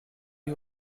you